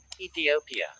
Ethiopia